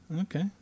Okay